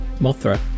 mothra